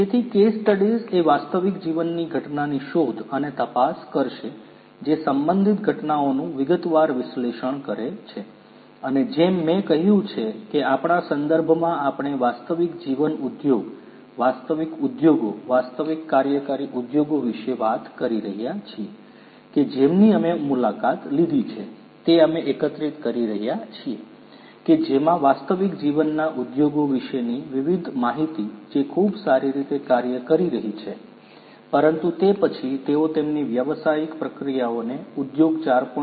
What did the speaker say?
તેથી case studies એ વાસ્તવિક જીવનની ઘટનાની શોધ અને તપાસ કરશે જે સંબંધિત ઘટનાઓનું વિગતવાર વિશ્લેષણ કરે છે અને જેમ મેં કહ્યું છે કે આપણાં સંદર્ભમાં આપણે વાસ્તવિક જીવન ઉદ્યોગ વાસ્તવિક ઉદ્યોગો વાસ્તવિક કાર્યકારી ઉદ્યોગો વિશે વાત કરી રહ્યા છીએ કે જેમની અમે મુલાકાત લીધી છે તે અમે એકત્રિત કરી રહ્યા છીએ કે જેમાં વાસ્તવિક જીવનના ઉદ્યોગો વિશેની વિવિધ માહિતી જે ખૂબ સારી રીતે કાર્ય કરી રહી છે પરંતુ તે પછી તેઓ તેમની વ્યવસાયિક પ્રક્રિયાઓને ઉદ્યોગ 4